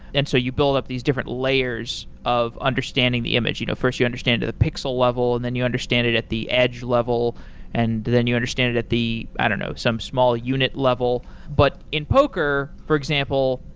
and so you buld up these different layers of understanding the image. you know first, you understand the pixel level and then you understand at the edge level and then you understand it at the i don't know. some small unit level but in poker, for example,